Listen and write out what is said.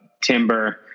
timber